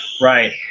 Right